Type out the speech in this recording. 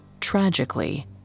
Tragically